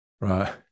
right